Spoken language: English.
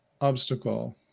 obstacle